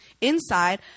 Inside